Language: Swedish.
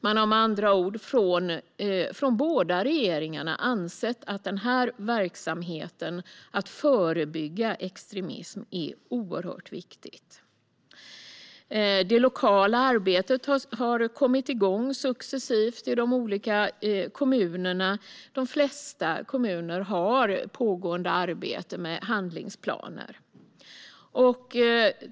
Man har med andra ord från båda regeringarna ansett att verksamheten med att förebygga extremism är oerhört viktig. Det lokala arbetet har kommit igång successivt i de olika kommunerna, och de flesta kommuner har pågående arbete med handlingsplaner.